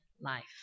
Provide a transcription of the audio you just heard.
life